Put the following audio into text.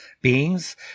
beings